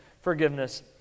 forgiveness